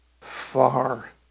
Far